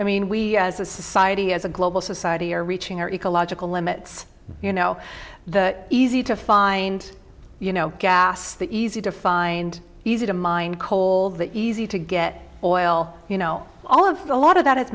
i mean we as a society as a global society are reaching our ecological limits you know the easy to find you know gas the easy to find easy to mine coal the easy to get oil you know all of the a lot of that has